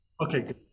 Okay